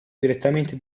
direttamente